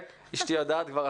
אשתי יודעת כבר עשור,